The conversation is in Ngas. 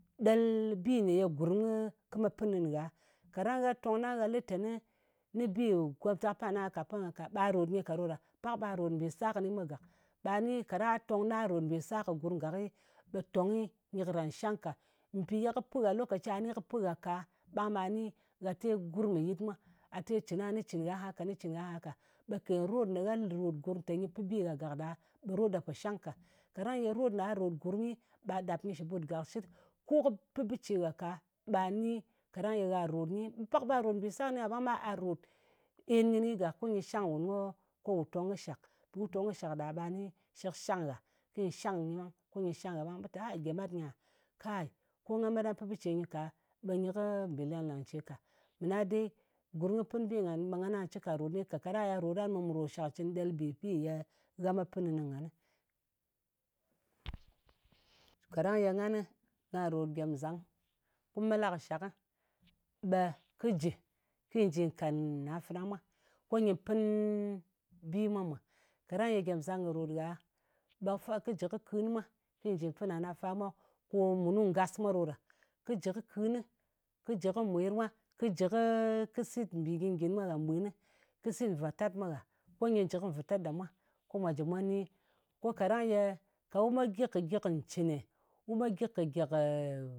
Ɗel bi ye gurm kɨ met pɨn kɨnɨ ngha. Kaɗang gha tong ɗang gha lɨ teni, bi komtak pan aha ka, pɨ ngan ka, ɓa ròt nyɨ ka ɗo ɗa. Pak ɓa rot mbì sar kɨni mwa gak, ɓa ni kaɗa tong ɗa ròt mbì sar kɨ gurm gakɨ, ɓe tong nyɨ karan shang ka. Mpì ye kɨ pɨ gha, lokaci gha ni kɨ pɨ gha ka, ɓang ɓa ne a te gurng kɨ yɨt mwa. A te cɨn aha, nɨ cɨna aha ka, nɨ cɨn gha aha ka. Ɓe kèn rot ne gha ròt gurm, te nyɨ pɨn bi gha gàk ɗa, ɓe rot ɗa pò shang ka. Kaɗang ye rot nè gha ròt gurm, ɓa ɗap nyɨ shɨ ɓùt gàkshit. Ko kɨ pɨ bɨ ce ngha ka, ɓa ni kaɗang ye gha ròt nyi. Pak ɓa ròt mbi sasr kɨni kaɓang, ɓa ròt en kɨni gak, ko nyɨ shang nwùn ko wù tong kɨ shak. Wu tong kɨ shak ɗa ɓa ni shɨk shang nyɨ, ko nyɨ shang ngha ɓang. Ɓe lɨ te, gyemat nyà, ko nga met nga pi bɨ ce nyɨ ka ɓe nyɨ kɨ mbì leng-lèng ce ka. Mɨna dei, gurm kɨ pɨn bi ngan, ɓe nga cika ròt kɨnɨ ka. Kaɗa ròtɗan, ɓe mù ròtshàk ncɨn ɗel ye gha met pɨn kɨni nganɨ. Kaɗang ye nganɨ nga rot gyemzang, ko mu me la kɨ shak, ɓe kɨ jɨ kɨy ji ka na fana mwa, ko nyɨ pɨn bi mwa mwà. Kaɗang ye gyemzang kɨ ròt gha, ɓe kɨ jɨ kɨ kɨn mwa kɨy nji pɨn nana fa mwa, ko munu ngas mwa ɗo ɗa. Kɨ jɨ kɨ kɨn, kɨ jɨ kɨ mwir mwa, kɨ jɨ kɨ, kɨ sit mbì gyìn-gyìn mwa nghà mɓwin. Kɨ sit vwatat mwa gha. Ko nyɨ jɨ kɨ vutat ɗa mwa, ko mwa jɨ mwa ni. Ko kaɗang ye, ka wu me gyik kɨ gyìk ncɨnè, wu gyik kɨ gyik,